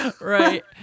Right